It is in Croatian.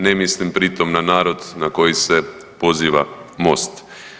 Ne mislim pritom na narod na koji se poziva MOST.